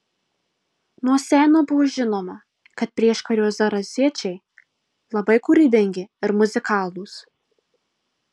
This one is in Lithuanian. nuo seno buvo žinoma kad prieškario zarasiečiai labai kūrybingi ir muzikalūs